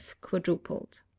quadrupled